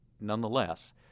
nonetheless